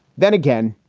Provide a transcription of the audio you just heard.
then again,